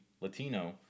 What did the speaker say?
Latino